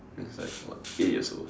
means like what eight years old